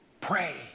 Pray